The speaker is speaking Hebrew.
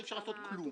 אי אפשר לעשות כלום.